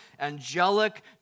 angelic